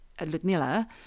Ludmilla